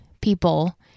people